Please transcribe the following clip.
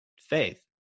faith